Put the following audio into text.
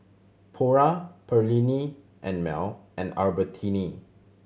Pura Perllini and Mel and Albertini